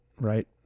right